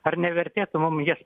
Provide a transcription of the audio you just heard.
ar nevertėtų mum jas